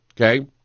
Okay